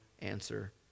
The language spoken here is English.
answer